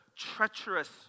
treacherous